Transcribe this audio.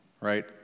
right